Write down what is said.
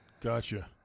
gotcha